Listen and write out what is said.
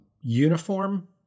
uniform